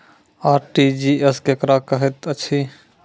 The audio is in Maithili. आर.टी.जी.एस केकरा कहैत अछि?